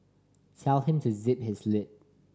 tell him to zip his lip